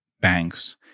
banks